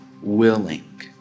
willing